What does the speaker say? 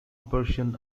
persian